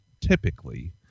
typically